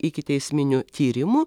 ikiteisminių tyrimų